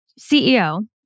CEO